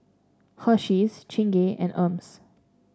Hersheys Chingay and Hermes